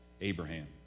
Abraham